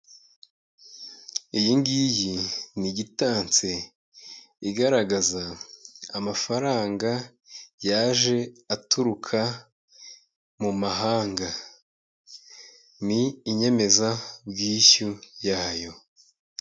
Iyi ngiyi ni gitansi igaragaza amafaranga yaje aturuka mu mahanga, ni inyemezabwishyu yayo.